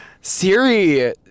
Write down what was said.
siri